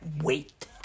wait